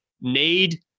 need